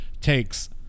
takes